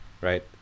right